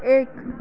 एक